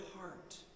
heart